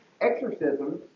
exorcisms